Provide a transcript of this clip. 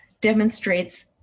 demonstrates